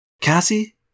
Cassie